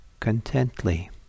contently